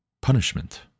punishment